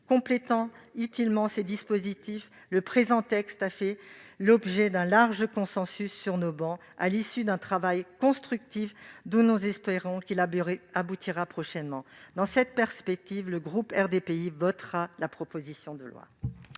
Complétant utilement ces dispositifs, le présent texte a fait l'objet d'un large consensus sur nos travées, à l'issue d'un travail constructif dont nous espérons qu'il aboutira prochainement. Dans cette perspective, le groupe RDPI votera la proposition de loi.